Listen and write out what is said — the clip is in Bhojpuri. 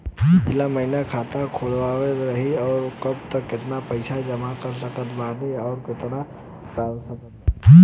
पिछला महीना खाता खोलवैले रहनी ह और अब केतना पैसा जमा कर सकत बानी आउर केतना इ कॉलसकत बानी?